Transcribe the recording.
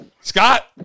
Scott